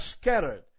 scattered